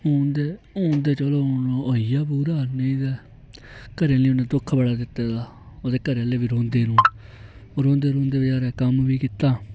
हून ते हून ते चलो हून ओह् होई गेआ पूरा नेईं ते घरै आह्लें गी उ'न्नै दुक्ख ते बड़ा दित्ते दा ओह्दे घरै आह्ले बी रौंदे न ओह् रौंदे रौंदे बचारें कम्म बी कीता